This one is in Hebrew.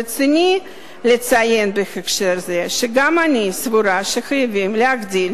ברצוני לציין בהקשר זה שגם אני סבורה שחייבים להגדיל